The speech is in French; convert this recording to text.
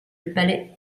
palais